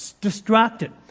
distracted